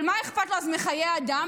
אבל מה אכפת לו מחיי אדם,